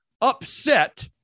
upset